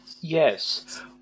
Yes